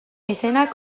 izenak